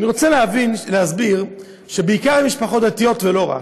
אני רוצה להסביר שזה בעיקר משפחות דתיות, ולא רק.